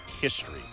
history